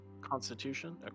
constitution